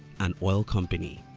an oil company.